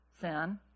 sin